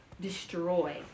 destroy